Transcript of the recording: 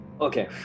Okay